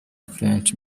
french